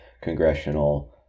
congressional